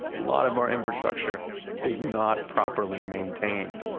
lot of our infrastructure was not properly maintained.